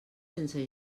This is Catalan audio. sense